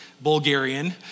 Bulgarian